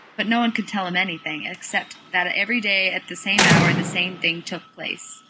but no one could tell him anything, except that every day at the same hour the same thing took place.